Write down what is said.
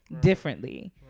differently